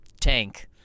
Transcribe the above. tank